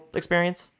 experience